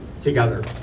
together